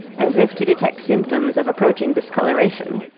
as if to detect symptoms of approaching discoloration.